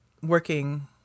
working